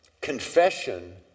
confession